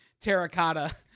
terracotta